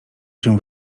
się